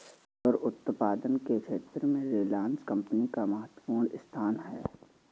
rubber उत्पादन के क्षेत्र में रिलायंस कम्पनी का महत्त्वपूर्ण स्थान है